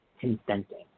consenting